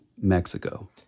Mexico